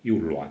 又软